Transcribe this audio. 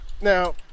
Now